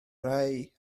rhai